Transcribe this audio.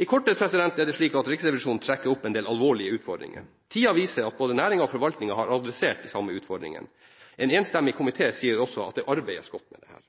I korthet er det slik at Riksrevisjonen trekker opp en del alvorlige utfordringer. Tiden viser at både næringen og forvaltningen har adressert de samme utfordringene. En enstemmig komité sier også at det arbeides godt med dette.